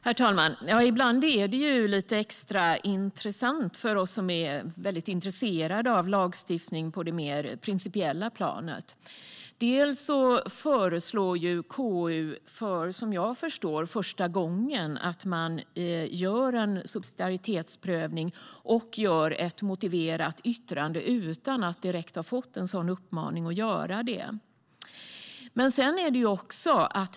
Herr talman! Ibland är det lite extra intressant för oss som är mycket intresserade av lagstiftning på det mer principiella planet. KU föreslår för, såvitt jag förstår, första gången att man gör en subsidiaritetsprövning och lämnar ett motiverat yttrande utan att direkt ha fått en uppmaning att göra det.